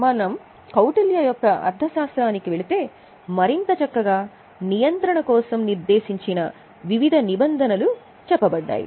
మనం కౌటిల్య యొక్క అర్ధశాస్త్రానికి వెళితే మరింత చక్కగా నియంత్రణ కోసం నిర్దేశించిన వివిధ నిబంధనలు అందించబడతాయి